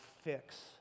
fix